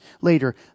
later